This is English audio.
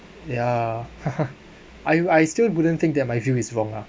yeah I I still wouldn't think that my view is wrong ah